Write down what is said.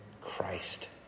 Christ